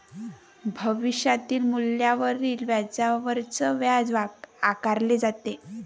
भविष्यातील मूल्यावरील व्याजावरच व्याज आकारले जाते